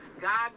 God